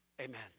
amen